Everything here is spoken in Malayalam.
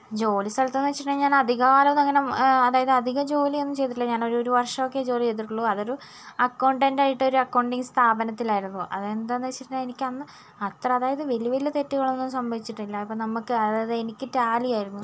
ജോലി സ്ഥലത്ത് എന്ന് വച്ചിട്ടുണ്ടെങ്കിൽ ഞാൻ അധികകാലം ഒന്നും അങ്ങനെ അതായത് അധിക ജോലിയൊന്നും ചെയ്തിട്ടില്ല ഞാൻ ഒരു വർഷമൊക്കെയേ ജോലി ചെയ്തിട്ടുള്ളൂ അതൊരു അക്കൗണ്ടന്റായിട്ട് ഒരു അക്കൗണ്ടിങ്ങ് സ്ഥാപനത്തിലായിരുന്നു അതെന്താണെന്ന് വച്ചിട്ടുണ്ടെങ്കിൽ എനിക്ക് അന്ന് അത്ര അതായത് വലിയ വലിയ തെറ്റുകളൊന്നും സംഭവിച്ചിട്ടില്ല ഇപ്പം നമ്മൾക്ക് അതായത് എനിക്ക് ടാലിയായിരുന്നു